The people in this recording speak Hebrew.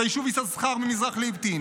את היישוב יששכר ממזרח לאבטין,